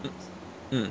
mm mm